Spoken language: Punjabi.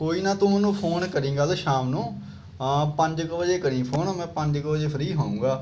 ਕੋਈ ਨਾ ਤੂੰ ਮੈਨੂੰ ਫੋਨ ਕਰੀਂ ਕੱਲ੍ਹ ਸ਼ਾਮ ਨੂੰ ਪੰਜ ਕੁ ਵਜੇ ਕਰੀਂ ਫੋਨ ਮੈਂ ਪੰਜ ਕੁ ਵਜੇ ਫਰੀ ਹੋਊਗਾ